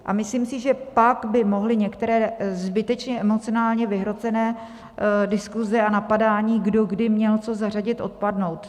A myslím si, že pak by mohly některé zbytečně emocionálně vyhrocené diskuse a napadání, kdo kdy měl co zařadit, odpadnout.